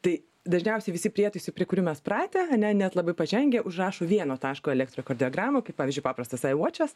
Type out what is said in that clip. tai dažniausiai visi prietaisai prie kurių mes pratę ane net labai pažengę užrašo vieno taško elektrokardiogramą kaip pavyzdžiui paprastas aivočas